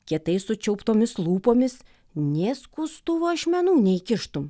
kietai sučiauptomis lūpomis nė skustuvo ašmenų neįkištum